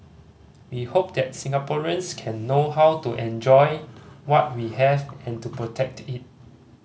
he hoped that Singaporeans can know how to enjoy what we have and to protect it